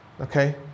Okay